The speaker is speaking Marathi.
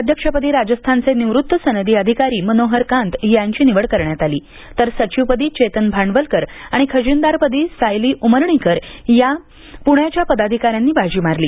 अध्यक्षपदी राजस्थानचे निवृत्त सनदी अधिकारी मनोहर कांत यांची निवड करण्यात आली तर सचिवपदी चेतन भांडवलकर आणि खजिनदार पदी सायली उमरणीकर या पुण्याच्या पदाधिकाऱ्यांनी बाजी मारली